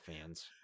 fans